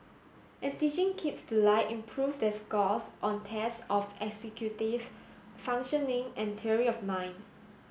and teaching kids to lie improves their scores on tests of executive functioning and theory of mind